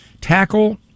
Tackle